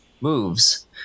moves